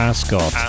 Ascot